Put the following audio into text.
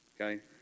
Okay